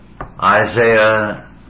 Isaiah